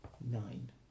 Nine